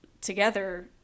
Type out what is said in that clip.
together